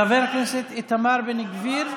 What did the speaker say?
חבר הכנסת איתמר בן גביר,